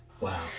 Wow